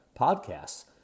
podcasts